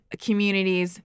communities